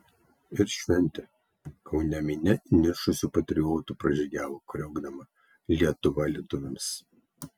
ir šventė kaune minia įniršusių patriotų pražygiavo kriokdama lietuva lietuviams